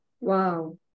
Wow